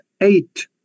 eight